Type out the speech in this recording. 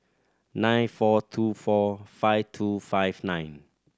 nine four two four five two five nine